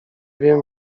wiem